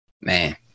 man